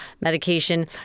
medication